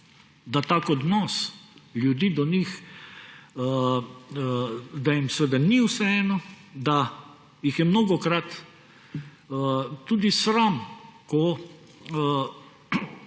je tak odnos ljudi do njih, da jim seveda ni vseeno, da jih je mnogokrat tudi sram, ko